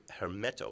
Hermeto